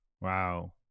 wow